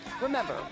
Remember